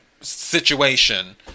situation